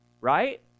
right